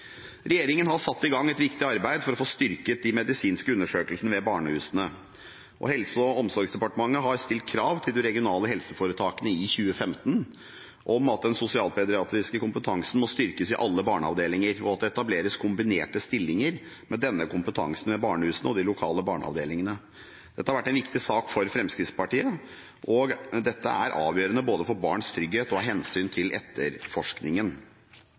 Regjeringen har satt i gang et viktig arbeid for å få styrket de medisinske undersøkelsene ved barnehusene. Helse- og omsorgsdepartementet stilte i 2015 krav til de regionale helseforetakene om at den sosialpediatriske kompetansen må styrkes i alle barneavdelinger, og at det etableres kombinerte stillinger med denne kompetansen ved barnehusene og de lokale barneavdelingene. Dette har vært en viktig sak for Fremskrittspartiet, og dette er avgjørende både for barns trygghet og av hensyn til etterforskningen.